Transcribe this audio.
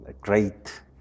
great